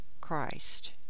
Christ